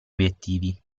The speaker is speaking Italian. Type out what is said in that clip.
obiettivi